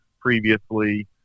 previously